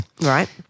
Right